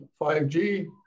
5G